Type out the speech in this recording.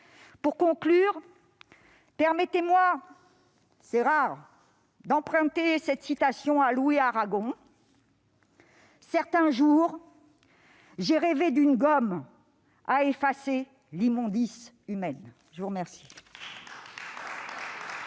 Pour conclure, permettez-moi d'emprunter cette citation à Louis Aragon :« Certains jours, j'ai rêvé d'une gomme à effacer l'immondice humaine. » La parole